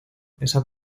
esa